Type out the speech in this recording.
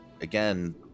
again